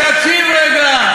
תקשיב רגע.